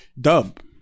dub